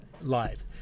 Live